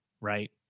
right